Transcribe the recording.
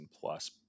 plus